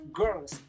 girls